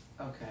Okay